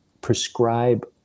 prescribe